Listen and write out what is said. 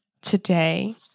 today